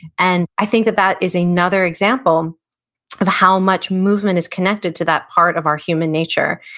and i think that that is another example of how much movement is connected to that part of our human nature.